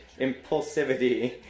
impulsivity